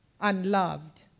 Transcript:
unloved